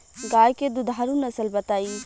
गाय के दुधारू नसल बताई?